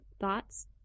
thoughts